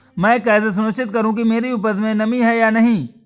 मैं कैसे सुनिश्चित करूँ कि मेरी उपज में नमी है या नहीं है?